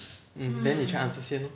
mm then 你 try answer 先 lor